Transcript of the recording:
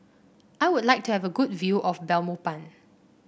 I would like to have a good view of Belmopan